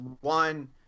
one